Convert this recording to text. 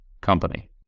company